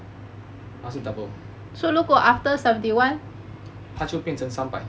他是 double 他就变成三百